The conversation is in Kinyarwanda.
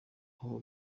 aho